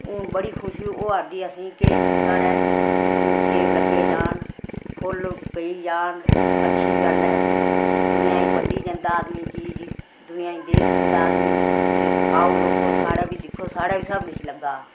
हून बड़ी खुशी होआ दी असेंगी साढ़ै सेब लग्गी जान फुल्ल पेई जान अच्छी गल्ल ऐ दुनिया च बंडी जंदा आदमी चीज गी दुनिया गी देई सकदा आदमी कि आओ लोको साढ़ै बी दिक्खो साढ़ै बी सब किश लग्गा दा